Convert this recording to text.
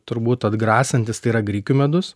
turbūt atgrasantis tai yra grikių medus